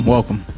Welcome